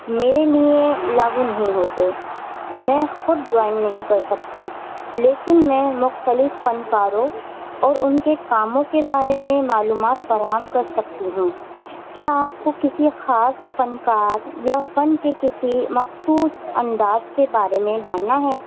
میرے لیے لاگو نہیں ہوتے میں خود ڈرائنگ نہیں کر سکتی لیکن میں مختلف فنکاروں اور ان کے کاموں کے بارے میں معلومات فراہم کر سکتی ہوں کیا آپ کو کسی خاص فنکار یا فن کے کسی مخصوص انداز کے بارے میں جاننا ہے